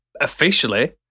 officially